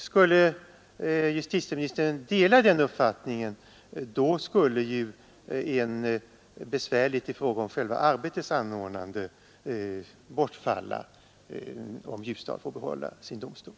Skulle justitieministern svara ja på den senaste frågan och vidta åtgärder i enlighet därmed skulle en besvärlighet i fråga om själva arbetets anordnande bortfalla — om Ljusdal får behålla sin domstol.